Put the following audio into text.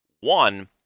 one